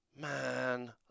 Man